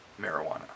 marijuana